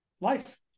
Life